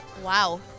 Wow